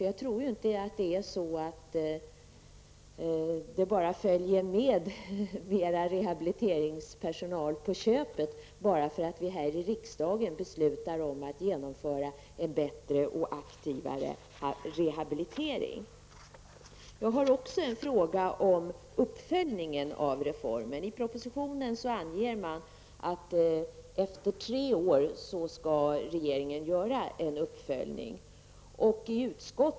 Jag tror nämligen inte att vi får mera rehabiliteringspersonal på köpet bara därför att riksdagen beslutar att en bättre och aktivare rehabilitering skall genomföras. Jag har också en fråga beträffande uppföljningen av den här reformen. I propositionen anges det att regeringen efter tre år skall göra en uppföljning.